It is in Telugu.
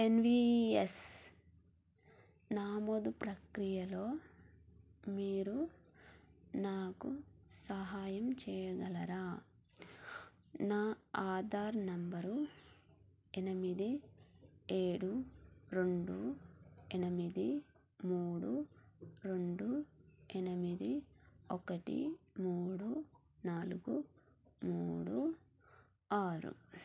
ఎన్విఈఎస్ నమోదు ప్రక్రియలో మీరు నాకు సహాయం చేయగలరా నా ఆధార్ నంబరు ఎనిమిది ఏడు రెండు ఎనిమిది మూడు రెండు ఎనిమిది ఒకటి మూడు నాలుగు మూడు ఆరు